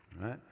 Right